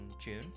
June